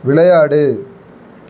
விளையாடு